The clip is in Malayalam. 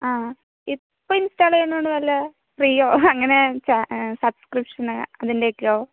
ആ ഇപ്പം ഇൻസ്റ്റാൾ ചെയ്യുന്നത് കൊണ്ട് വല്ല ഫ്രീയോ അങ്ങനെ ചാ സബ്സ്ക്രിപ്ഷന് ആ അതിൻ്റെയൊക്കെയോ